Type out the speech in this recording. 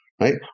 Right